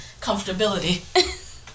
comfortability